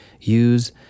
Use